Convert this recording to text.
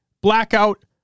Blackout